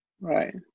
Right